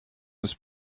this